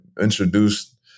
introduced